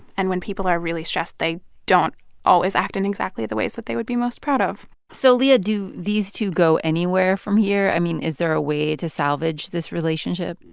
and when people are really stressed, they don't always act in exactly the ways that they would be most proud of so leah, do these two go anywhere from here? i mean, is there a way to salvage this relationship?